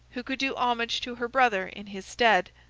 who could do homage to her brother in his stead,